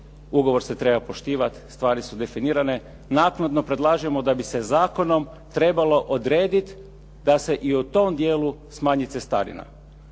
Ugovor se treba poštivati, stvari su definirane. Naknadno predlažemo da bi se zakonom trebalo odrediti da se i o tom dijelu smanji cestarina.